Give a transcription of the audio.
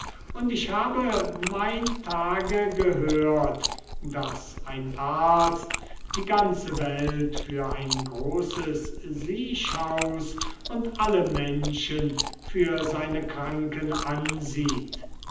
und ich habe mein tage gehört daß ein arzt die ganze welt für ein großes siechhaus und alle menschen für seine kranken ansieht